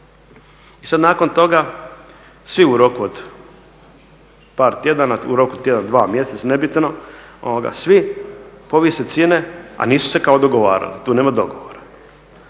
i sad nakon toga svi u roku od par tjedana, u roku tjedan, dva, mjesec nebitno svi povise cijene, a nisu se kao dogovarali, tu nema dogovora.